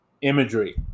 imagery